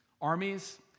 Armies